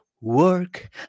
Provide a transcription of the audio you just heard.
Work